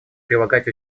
прилагать